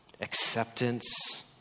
acceptance